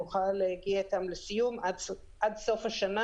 אני אוכל להגיע אתם לסיום עד סוף השנה